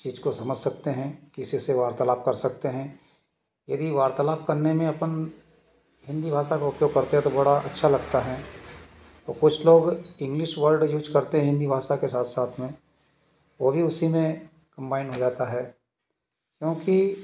चीज़ को समझ सकते हैं किसी से वार्तालाप कर सकते हैं यदि वार्तालाप करने में अपन हिंदी भाषा का उपयोग करते तो बड़ा अच्छा लगता है और कुछ लोग इंग्लिश वर्ड यूज़ करते हैं हिंदी भाषा के साथ साथ में वो भी उसी में कम्बाइन्ड हो जाता है क्योंकि